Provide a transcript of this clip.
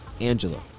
Angela